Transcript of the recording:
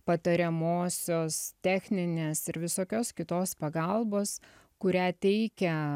patariamosios techninės ir visokios kitos pagalbos kurią teikia